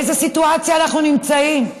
באיזו סיטואציה אנחנו נמצאים?